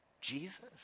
Jesus